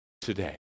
today